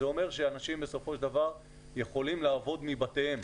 שאנשים בסופו של דבר יכולים לעבוד מבתיהם.